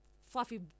fluffy